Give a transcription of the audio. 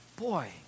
Boy